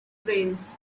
brains